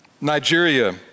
Nigeria